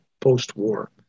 post-war